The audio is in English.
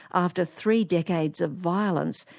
after three decades of violence,